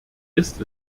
ist